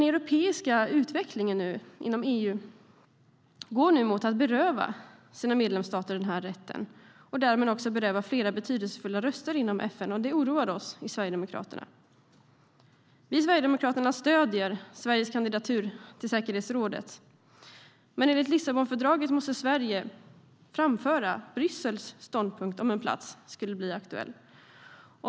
Utvecklingen inom EU går nu mot att beröva medlemsstaterna den rätten och därmed beröva flera av dem deras betydelsefulla röster inom FN. Det oroar oss i Sverigedemokraterna. Vi i Sverigedemokraterna stöder Sveriges kandidatur till säkerhetsrådet. Enligt Lissabonfördraget måste Sverige dock framföra Bryssels ståndpunkt om en plats skulle bli aktuell.